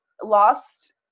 lost